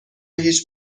هیچ